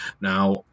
Now